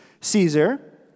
Caesar